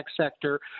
sector